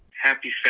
Happy